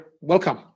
welcome